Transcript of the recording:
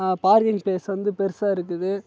பா parking place வந்து பெருசாக இருக்குது